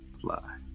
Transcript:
fly